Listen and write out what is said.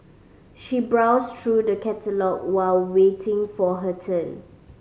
she browsed through the catalogue while waiting for her turn